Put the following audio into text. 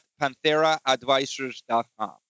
PantheraAdvisors.com